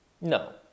No